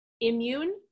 immune